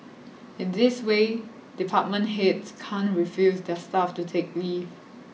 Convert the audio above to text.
in this way department heads can't refuse their staff to take leave